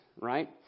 right